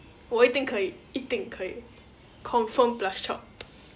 我一定可以一定可以 confirm plus chop